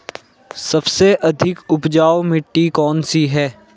सबसे अधिक उपजाऊ मिट्टी कौन सी है?